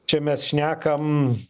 čia mes šnekam